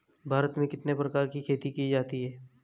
भारत में कितने प्रकार की खेती की जाती हैं?